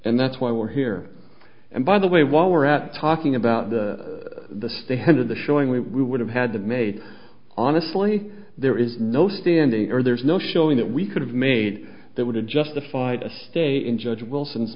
and that's why we're here and by the way while we're at talking about the standard the showing we would have had that made honestly there is no standing or there's no showing that we could have made that would have justified a stay in judge wilson's